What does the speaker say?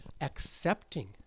accepting